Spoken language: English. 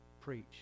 preach